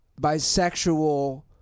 bisexual